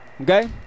Okay